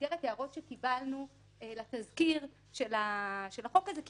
במסגרת הערות שקיבלנו לתזכיר של החוק הזה.